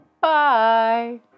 Bye